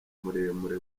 muremure